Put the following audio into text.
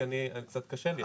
כי קצת קשה לי.